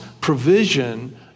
provision